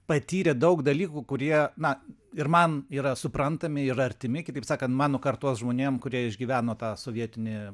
patyrė daug dalykų kurie na ir man yra suprantami ir artimi kitaip sakant mano kartos žmonėm kurie išgyveno tą sovietinį